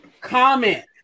Comment